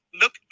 Look